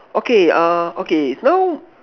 okay err okay now